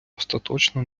остаточно